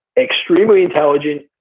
extremely intelligent,